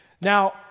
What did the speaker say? Now